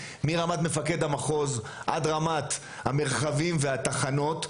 מרמת מפקד המחוז עד רמת המרחבים והתחנות,